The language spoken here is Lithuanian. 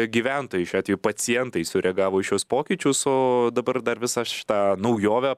gyventojai šiuo atveju pacientai sureagavo į šiuos pokyčius o dabar dar visą šitą naujovę